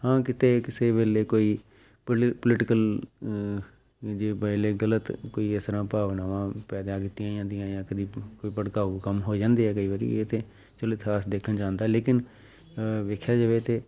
ਹਾਂ ਕਿਤੇ ਕਿਸੇ ਵੇਲੇ ਕੋਈ ਪੋਲੀ ਪੋਲੀਟੀਕਲ ਜੇ ਬੋਲੇ ਗ਼ਲਤ ਕੋਈ ਇਸ ਤਰ੍ਹਾਂ ਭਾਵਨਾਵਾਂ ਪੈਦਾ ਕੀਤੀਆਂ ਜਾਂਦੀਆਂ ਜਾਂ ਕਦੀ ਕੋਈ ਭੜਕਾਊ ਕੰਮ ਹੋ ਜਾਂਦੇ ਆ ਕਈ ਵਾਰੀ ਇਹ ਤੇ ਚਲੋ ਇਤਿਹਾਸ ਦੇਖਣ 'ਚ ਆਉਂਦਾ ਲੇਕਿਨ ਵੇਖਿਆ ਜਾਵੇ ਤਾਂ